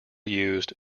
used